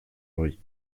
brie